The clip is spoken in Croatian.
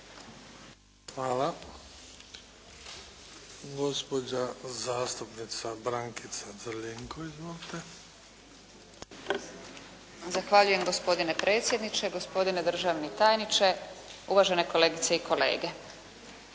Hvala. Gospođa zastupnica Brankica Crljenko. Izvolite. **Crljenko, Brankica (SDP)** Zahvaljujem gospodine predsjedniče, gospodine državni tajniče, uvažene kolegice i kolege.